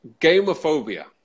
Gamophobia